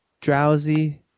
drowsy